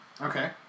Okay